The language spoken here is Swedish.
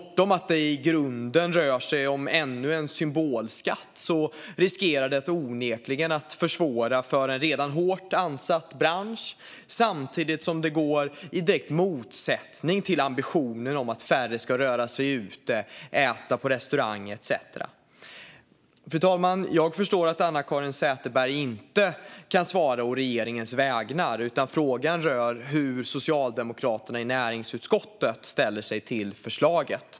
Utöver att det i grunden rör sig om ännu en symbolskatt riskerar det onekligen att försvåra för en redan hårt ansatt bransch samtidigt som det står i direkt motsättning till ambitionen att färre ska röra sig ute, äta på restaurang etcetera. Fru talman! Jag förstår att Anna-Caren Sätherberg inte kan svara å regeringens vägnar. Frågan rör därför hur Socialdemokraterna i näringsutskottet ställer sig till förslaget.